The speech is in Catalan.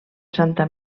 santa